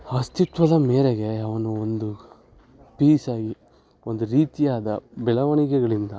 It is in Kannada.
ಅಸ್ತಿತ್ವದ ಮೇರೆಗೆ ಅವನು ಒಂದು ಪೀಸಾಗಿ ಒಂದು ರೀತಿಯಾದ ಬೆಳವಣಿಗೆಗಳಿಂದ